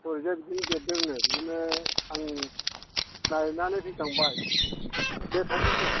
ओरैजाय जि देरदोंनो बिदिनो आं नायनानै फैखांबाय दे थांगोन दे